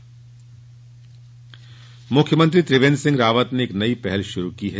निरीक्षण मुख्यमंत्री त्रिवेंद्र सिंह रावत ने एक नई पहल शुरू की है